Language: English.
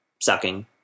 sucking